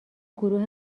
گروه